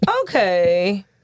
Okay